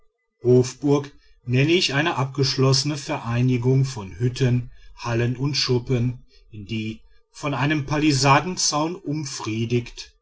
hofburg nenne ich eine abgeschlossene vereinigung von hütten hallen und schuppen die von einem palisadenzaun umfriedigt